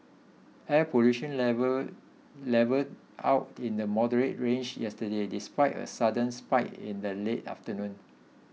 air pollution levels levelled out in the moderate range yesterday despite a sudden spike in the late afternoon